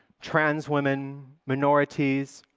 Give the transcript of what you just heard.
trans women, minorities,